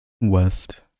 West